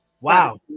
wow